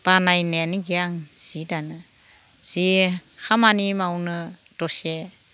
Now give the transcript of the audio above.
बानाय होननायानो गैया आं जि दानो जे खामानि मावनो दसे